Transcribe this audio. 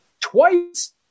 twice